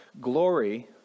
glory